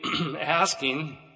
asking